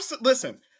Listen